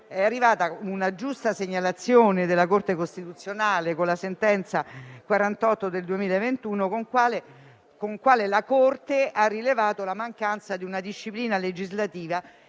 è arrivata una giusta segnalazione della Corte costituzionale, con la sentenza n. 48 del 2021, con la quale la Consulta ha rilevato la mancanza di una disciplina legislativa